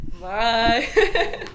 Bye